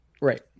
right